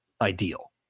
ideal